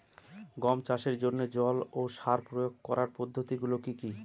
গম চাষের জন্যে জল ও সার প্রয়োগ করার পদ্ধতি গুলো কি কী?